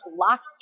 locked